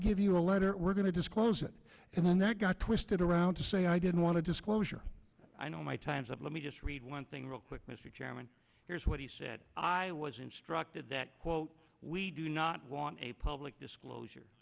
give you a letter we're going to disclose it and then that got twisted around to say i didn't want to disclosure i know my time's up let me just read one thing real quick mr chairman here's what he said i was instructed that quote we do not want a public disclosure